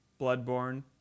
Bloodborne